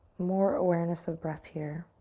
more awareness of breath here.